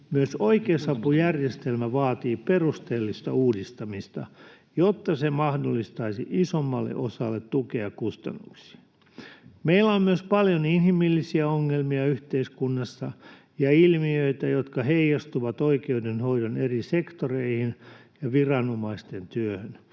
myös oikeusapujärjestelmä vaatii perusteellista uudistamista, jotta se mahdollistaisi isommalle osalle tukea kustannuksiin. Meillä on myös paljon inhimillisiä ongelmia yhteiskunnassa ja ilmiöitä, jotka heijastuvat oikeudenhoidon eri sektoreihin ja viranomaisten työhön.